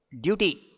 duty